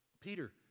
Peter